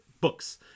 books